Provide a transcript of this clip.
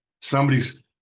somebody's